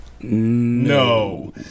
No